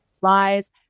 lies